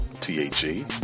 T-H-E